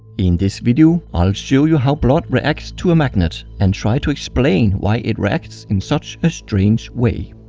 in this video i'll show you how blood reacts to a magnet and try to explain why it reacts in such a strange way.